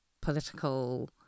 political